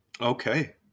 okay